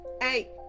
Hey